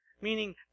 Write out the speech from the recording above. meaning